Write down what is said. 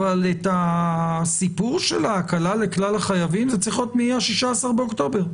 אבל את הסיפור של ההקלה לכלל החייבים זה צריך להיות מה-16 באוקטובר.